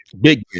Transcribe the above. Big